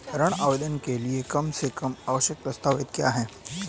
ऋण आवेदन के लिए कम से कम आवश्यक दस्तावेज़ क्या हैं?